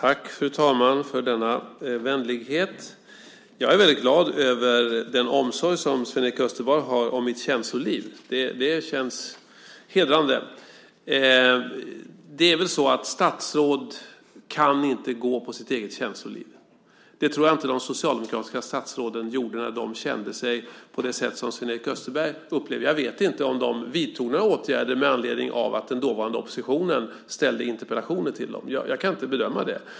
Fru talman! Jag är glad över den omsorg om mitt känsloliv som Sven-Erik Österberg visar. Det känns hedrande. Det är väl så att statsråd inte kan gå efter sitt eget känsloliv. Det tror jag inte att de socialdemokratiska statsråden gjorde när de kände sig på det sätt som Sven-Erik Österberg upplever. Jag vet inte om de vidtog några åtgärder med anledning av att den dåvarande oppositionen ställde interpellationer till dem. Jag kan inte bedöma det.